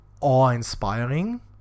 awe-inspiring